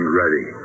ready